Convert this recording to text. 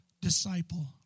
disciple